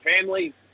family